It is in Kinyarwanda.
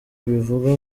ibivuga